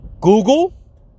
Google